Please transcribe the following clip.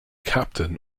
captain